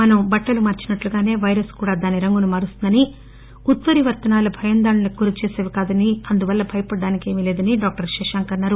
మనం బట్టలు మార్చినట్టుగానే పైరస్ కూడా దాని రంగును మారుస్తుందని ఉత్సరివర్తనాలు భయాందోళనకు గురిచేసేవి కాదని అందువల్ల భయపడటానికి ఏమీ లేదని డాక్టర్ శశాంక్ అన్నారు